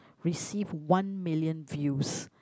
receive one million views